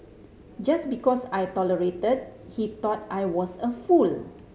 just because I tolerated he thought I was a fool